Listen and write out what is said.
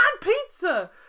pizza